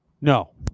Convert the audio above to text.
No